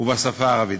ובשפה הערבית,